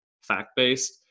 fact-based